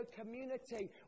community